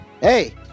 Hey